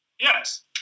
Yes